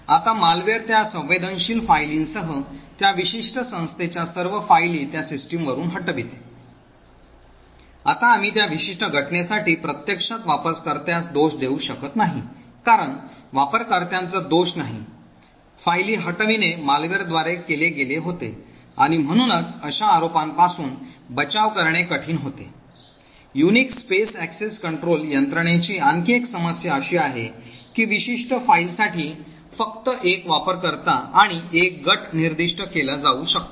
आता मालवेयर त्या संवेदनशील फायलींसह त्या विशिष्ट संस्थेच्या सर्व फायली त्या सिस्टमवरून हटविते आता आम्ही त्या विशिष्ट घटनेसाठी प्रत्यक्षात वापरकर्त्यास दोष देऊ शकत नाही कारण वापरकर्त्यांचा दोष नाही फायली हटविणे मालवेयरद्वारे केले गेले होते आणि म्हणूनच अशा आरोपापासून बचाव करणे कठीण होते युनिक्स space access control यंत्रणेची आणखी एक समस्या अशी आहे की विशिष्ट फाईलसाठी फक्त एक वापरकर्ता आणि एक गट निर्दिष्ट केला जाऊ शकतो